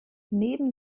neben